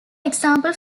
example